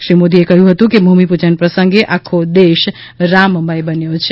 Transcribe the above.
શ્રી મોદી એ કહ્યું હતું કે ભૂમિપૂજન પ્રસંગે આખો દેશ રામમય બન્યો છે